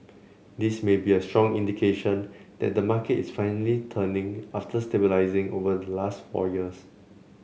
this may be a strong indication that the market is finally turning after stabilising over the last four years